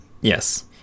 Yes